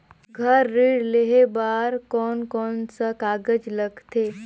घर ऋण लेहे बार कोन कोन सा कागज लगथे?